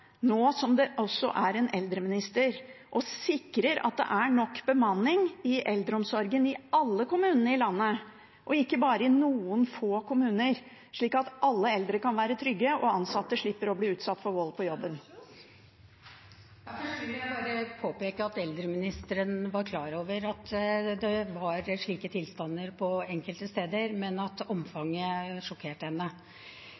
nå som det også er en eldreminister, og sikrer at det er nok bemanning i eldreomsorgen i alle kommunene i landet – ikke bare i noen få kommuner – slik at alle eldre kan være trygge og ansatte slipper å bli utsatt for vold på jobben? Først vil jeg bare påpeke at eldreministeren var klar over at det var slike tilstander enkelte steder, men at